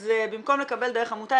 אז במקום לקבל דרך עמותה,